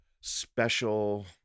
special